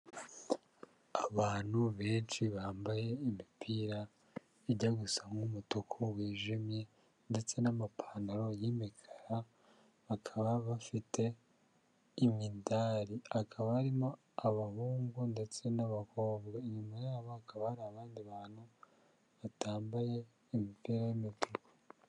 Abantu benshi bambaye imipira ijya gusa nk'umutuku wijimye ndetse n'amapantaro y'imikara bakaba bafite imidari akaba arimo abahungu ndetse n'abakobwa inyuma yabo hakaba hari abandi bantu batambaye imipira y'imituku.